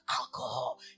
alcohol